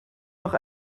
noch